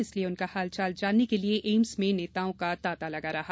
इसलिये उनका हाल चाल जानने के लिए एम्स में नेताओं का तांता लगा रहा